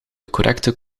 correcte